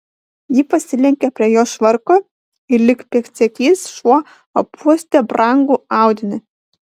ji pasilenkė prie jo švarko ir lyg pėdsekys šuo apuostė brangų audinį